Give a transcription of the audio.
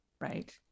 right